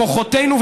כוחותינו,